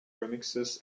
remixes